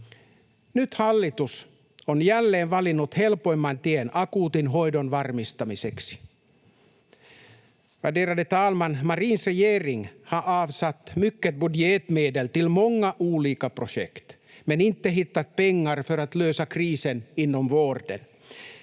Nyt hallitus on jälleen valinnut helpoimman tien akuutin hoidon varmistamiseksi. Värderade talman! Marins regering har avsatt mycket budgetmedel till många olika projekt men inte hittat pengar för att lösa krisen inom vården.